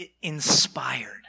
inspired